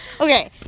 Okay